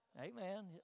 Amen